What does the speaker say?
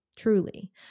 Truly